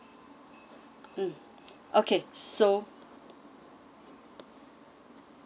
mm okay so